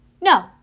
No